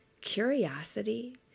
Curiosity